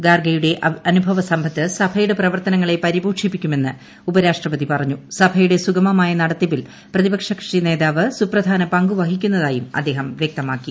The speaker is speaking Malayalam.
ഖാർഗെയുടെ എം അനുഭവസമ്പത്ത് സഭയുടെ പ്രവർത്തനങ്ങളെ പരിപോഷിപ്പിക്കുമെന്ന് ഉപരാഷ്ട്രപതി പറഞ്ഞു സഭയുടെ സുഗമമായ നടത്തിപ്പിൽ പ്രതിപക്ഷ കക്ഷി നേതാവ് സൂപ്രധാന പങ്ക് വഹിക്കുന്നതായും അദ്ദേഹം വ്യക്തമാക്കി